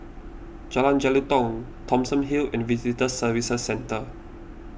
Jalan Jelutong Thomson Hill and Visitor Services Centre